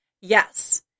Yes